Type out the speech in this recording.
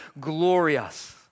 glorious